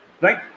Right